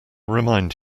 remind